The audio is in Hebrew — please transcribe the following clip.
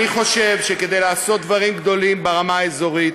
אני חושב שכדי לעשות דברים גדולים ברמה האזורית,